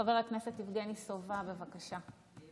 חבר הכנסת יבגני סובה, בבקשה.